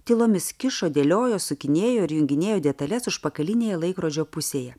tylomis kišo dėliojo sukinėjo ir junginėjo detales užpakalinėje laikrodžio pusėje